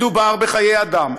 מדובר בחיי אדם.